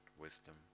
wisdom